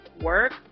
work